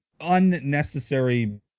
unnecessary